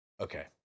Okay